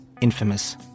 infamous